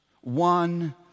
one